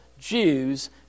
Jews